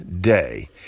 day